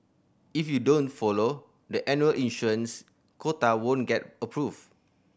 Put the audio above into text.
if you don't follow the annual issuance quota won't get approved